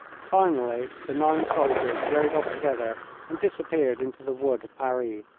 finally the nine soldiers rode off together and disappeared into the wood of paris.